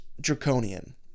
draconian